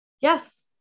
Yes